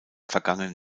vergangenen